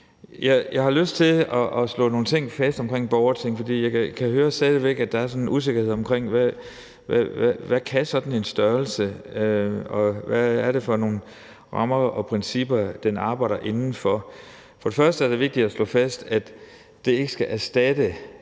Jeg har lyst til at slå nogle ting fast omkring borgerting, for jeg kan høre, at der stadig væk er noget usikkerhed om, hvad sådan en størrelse kan, og hvad det er for nogle rammer og principper, den arbejder inden for. Først vil jeg sige, at det er vigtigt at slå fast, at det ikke skal erstatte Folketinget